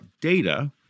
data